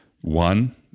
one